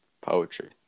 Poetry